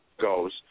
goes